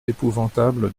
épouvantable